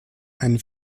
einen